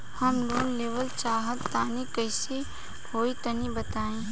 हम लोन लेवल चाहऽ तनि कइसे होई तनि बताई?